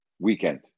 weekend